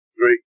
Three